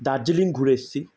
দার্জিলিং ঘুরে এসেছি